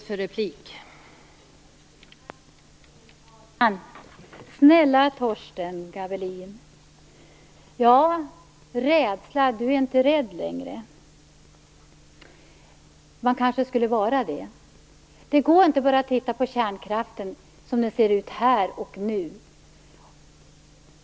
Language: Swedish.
Fru talman! Snälla Torsten Gavelin! Torsten Gavelin är inte rädd längre. Han kanske skulle vara det. Det går inte att bara titta på kärnkraften som den ser ut här och nu.